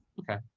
okay.